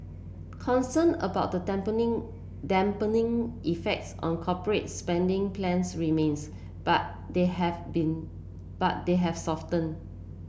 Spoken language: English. concern about the dampening dampening effects on corporates spending plans remains but they have been but they have soften